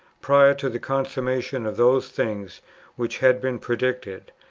prior to the consummation of those things which had been predicted,